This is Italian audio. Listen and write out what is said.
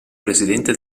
presidente